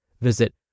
Visit